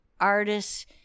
artists